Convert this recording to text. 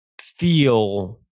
feel